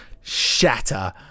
shatter